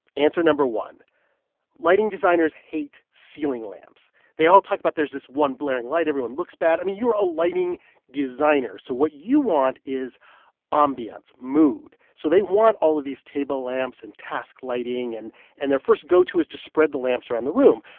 answer number one lighting designers hate ceiling lamps. they all talk about there's this one blaring light. everyone looks bad. i mean, you're a lighting designer, so what you want is ah ambiance, mood. so they want all of these table lamps and task lighting. and and their first go-to is to spread the lamps around the room,